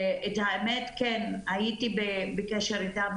האמת שהייתי בקשר איתם,